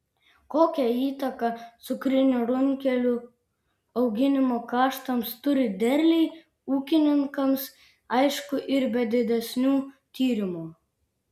kokią įtaką cukrinių runkelių auginimo kaštams turi derliai ūkininkams aišku ir be didesnių tyrimų